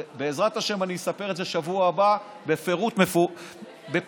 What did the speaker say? בעזרת השם אספר את זה בשבוע הבא בפירוט, בפרטים,